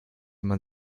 man